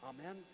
Amen